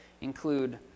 include